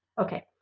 okay